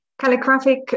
Calligraphic